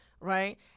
right